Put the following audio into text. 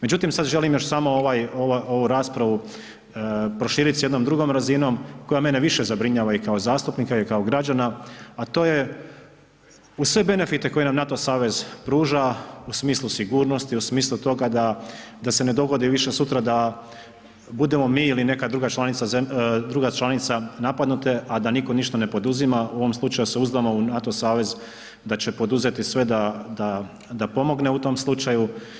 Međutim, sada želim još samo ovu raspravu proširiti s jednom drugoj razinom, koja mene više zabrinjava i kao zastupnika i kao građana, a to je u sve benefite koje nam NATO savez pruža u smislu sigurnosti, u smislu toga da se ne dogodi više sutra, da budemo mi ili neka druga članica napadnute, a da nitko ništa ne poduzima, u ovom slučaju se uzdamo u NATO savez da će poduzeti sve da pomogne u tom slučaju.